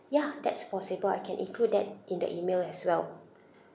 yeah that's possible I can include that in the email as well